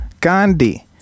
Gandhi